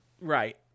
right